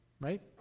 right